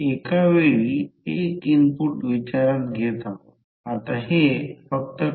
आता पुढे induced EMF आहे अगदी सोपी गोष्ट आहे समजा फ्लक्स साइनसॉइडल आहे